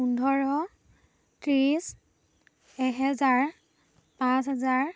পোন্ধৰ ত্ৰিছ এহেজাৰ পাঁচ হেজাৰ